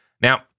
Now